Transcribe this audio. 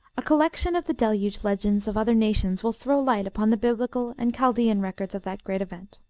a collection of the deluge legends of other nations will throw light upon the biblical and chaldean records of that great event.